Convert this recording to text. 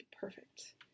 perfect